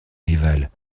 rivale